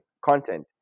content